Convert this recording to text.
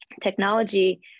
technology